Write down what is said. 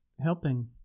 helping